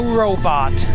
robot